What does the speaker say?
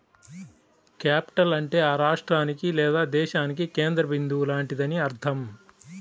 capital అంటే ఆ రాష్ట్రానికి లేదా దేశానికి కేంద్ర బిందువు లాంటిదని అర్థం